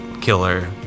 killer